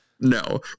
No